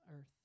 earth